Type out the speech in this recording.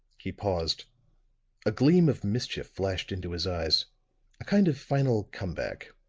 he paused a gleam of mischief flashed into his eyes a kind of final come-back.